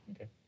Okay